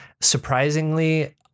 surprisingly